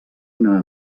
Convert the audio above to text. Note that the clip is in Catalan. una